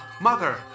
Mother